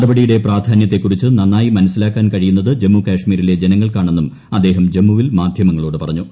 നടപടിയുടെ പ്രധാന്യത്ത്രീക്കുറ്ച്ച് നന്നായി മനസ്റ്റിലാക്കാൻ കഴിയുന്നത് ജമ്മു കശ്മീരിലെ ജനങ്ങൾക്കുറങ്ങെന്നും അദ്ദേഹം ജമ്മുവിൽ മാധ്യമങ്ങളോട് പറഞ്ഞു